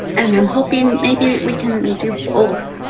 and i'm hoping maybe we can do both.